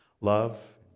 Love